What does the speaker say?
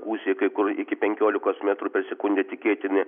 gūsiai kai kur iki penkiolikos metrų per sekundę tikėtini